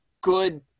good